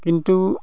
কিন্তু